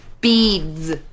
Beads